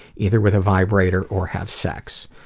either with a vibrator or have sex.